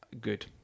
good